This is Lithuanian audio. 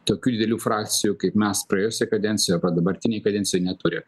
tokių didelių frakcijų kaip mes praėjusioje kadencijoje dabartinėj kadencijoj neturi